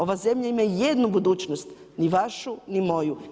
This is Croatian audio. Ova zemlja ima jednu budućnosti, ni vašu ni moju.